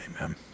Amen